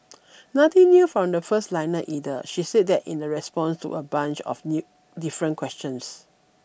nothing new from the first liner either she said that in the response to a bunch of new different questions